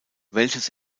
welches